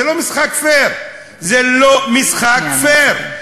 זה לא משחק פייר, זה לא משחק פייר.